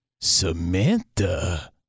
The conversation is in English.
Samantha